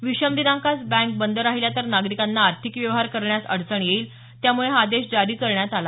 विषम दिनांकास बँक बंद राहील्या तर नागरिकांना आर्थिक व्यवहार करण्यात अडचण येईल त्यामुळे हा आदेश जारी करण्यात आला